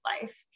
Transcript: life